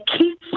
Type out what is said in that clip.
keep